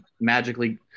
magically